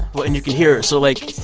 but and you can hear so, like,